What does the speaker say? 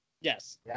Yes